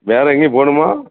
வேறு எங்கேயும் போகணுமா